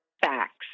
facts